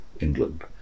England